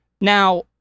Now